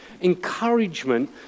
encouragement